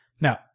Now